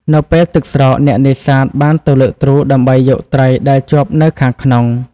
នៅពេលទឹកស្រក អ្នកនេសាទបានទៅលើកទ្រូដើម្បីយកត្រីដែលជាប់នៅខាងក្នុង។